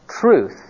truth